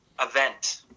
event